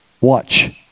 watch